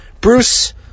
Bruce